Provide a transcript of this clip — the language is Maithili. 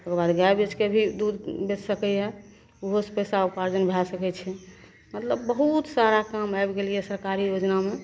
ओकर बाद गाइ बेचिके भी दूध बेचि सकैए ओहोसे पइसा उपार्जन भै सकै छै मतलब बहुत सारा काम आबि गेल यऽ सरकारी योजनामे